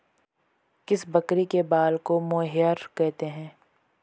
किस बकरी के बाल को मोहेयर कहते हैं?